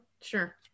sure